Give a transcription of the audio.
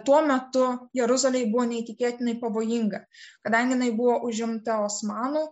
tuo metu jeruzalėj buvo neįtikėtinai pavojinga kadangi jinai buvo užimta osmanų